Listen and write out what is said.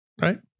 right